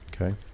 Okay